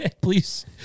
Please